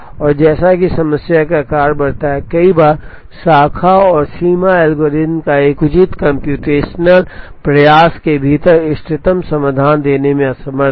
और जैसा कि समस्या का आकार बढ़ता है कई बार शाखा और सीमा एल्गोरिथ्म एक उचित कम्प्यूटेशनल प्रयास के भीतर इष्टतम समाधान देने में असमर्थ हैं